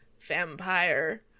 vampire